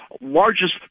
largest